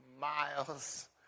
miles